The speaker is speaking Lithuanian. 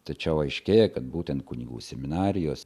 tačiau aiškėja kad būtent kunigų seminarijos